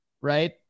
right